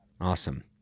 Awesome